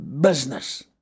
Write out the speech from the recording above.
business